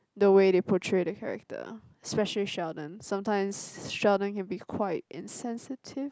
the way they portray the character especially Sheldon sometimes Sheldon can be quite insensitive